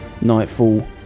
Nightfall